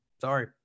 Sorry